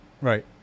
right